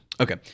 Okay